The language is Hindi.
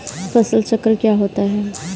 फसल चक्र क्या होता है?